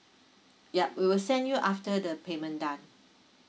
yup we will send you after the payment done